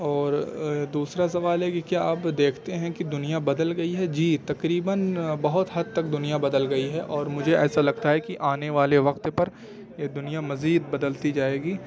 اور دوسرا سوال ہے کہ کیا اب دیکھتے ہیں کہ دنیا بدل گئی ہے جی تقریباً بہت حد تک دنیا بدل گئی ہے اور مجھے ایسا لگتا ہے کہ آنے والے وقت پر یہ دنیا مزید بدلتی جائے گی